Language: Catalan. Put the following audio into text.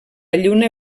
lluna